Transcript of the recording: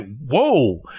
whoa